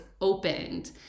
opened